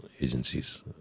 agencies